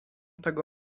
tego